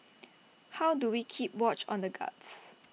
how do we keep watch on the guards